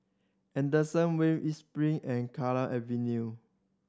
Henderson Wave East Spring and Kallang Avenue